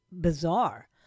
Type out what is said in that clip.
bizarre